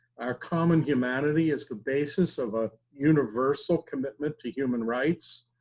common humanity is the basis of a universal commitment to human rights.